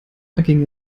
erging